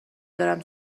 دارم